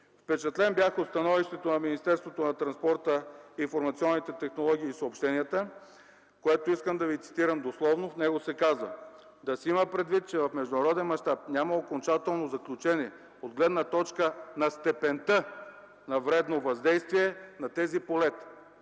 Впечатлен бях от становището на Министерството на транспорта, информационните технологии и съобщенията, което искам да ви цитирам дословно. В него се казва: „Да се има предвид, че в международен мащаб няма окончателно заключение от гледна точка на степента на вредното въздействие на тези полета.”